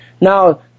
now